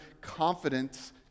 confidence